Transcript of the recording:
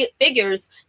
figures